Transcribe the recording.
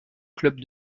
club